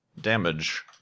damage